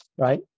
right